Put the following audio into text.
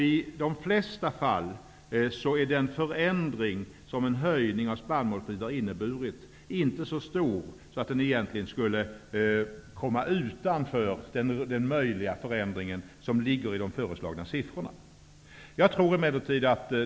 I de flesta fall är den förändring som en höjning av spannmålspriset inneburit inte så stor att vi skulle komma utanför den möjliga förändring som ligger i de föreslagna siffrorna.